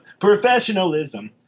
Professionalism